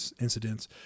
incidents